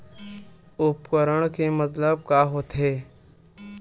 उपकरण के मतलब का होथे?